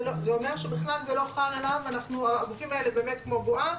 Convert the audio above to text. זה אומר שבכלל זה לא חל עליו והגופים האלה הם באמת כמו בועה.